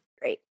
great